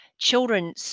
children